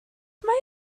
mae